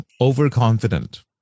overconfident